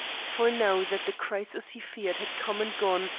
for now that the crisis he feared had come and gone,